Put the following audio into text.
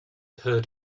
heard